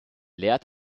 lehrt